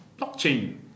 blockchain